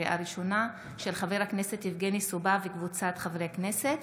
של חבר הכנסת יבגני סובה וקבוצת חברי הכנסת.